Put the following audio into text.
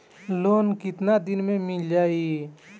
Loan कितना दिन में मिल जाई?